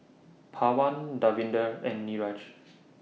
Pawan Davinder and Niraj